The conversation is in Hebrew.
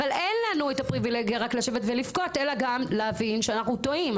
אבל אין לנו את הפריבילגיה רק לשבת ולבכות אלא גם להבין שאנחנו טועים.